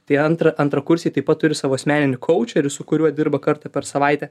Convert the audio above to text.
tai antra antrakursiai taip pat turi savo asmeninį koučerį ir su kuriuo dirba kartą per savaitę